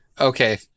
okay